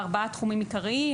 ארבעה תחומים עיקריים,